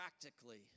practically